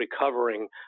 recovering